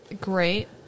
great